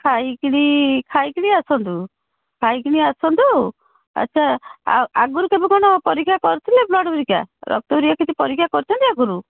ଖାଇକରି ଖାଇକରି ଆସନ୍ତୁ ଖାଇକିନା ଆସନ୍ତୁ ଆଚ୍ଛା ଆଗରୁ କେବେ କ'ଣ ପରୀକ୍ଷା କରିଥିଲେ ବ୍ଲଡ଼୍ ହେରିକା ରକ୍ତ ହେରିକା କିଛି ପରୀକ୍ଷା କରିଛନ୍ତି ଆଗରୁ